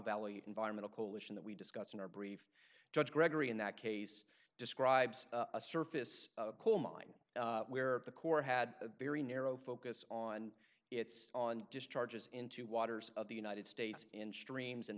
valley environmental coalition that we discussed in our brief judge gregory in that case describes a surface coal mine where the core had a very narrow focus on its discharges into waters of the united states in streams and